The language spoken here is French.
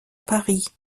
paris